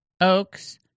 Oaks